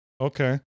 Okay